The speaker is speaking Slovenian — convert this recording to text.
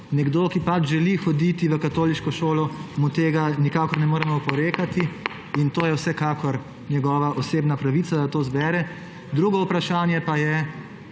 Nekomu, ki pač želi hoditi v katoliško šolo, tega nikakor ne moremo oporekati in je vsekakor njegova osebna pravica, da to izbere. Drugo vprašanje pa je,